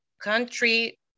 country